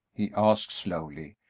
he asked, slowly,